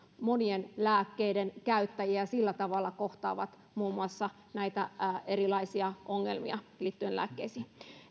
monien lääkkeiden käyttäjiä ja sillä tavalla kohtaavat muun muassa näitä erilaisia ongelmia liittyen lääkkeisiin